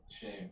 shame